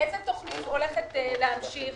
איזו תוכנית הולכת להמשיך?